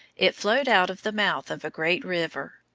it flowed out of the mouth of a great river.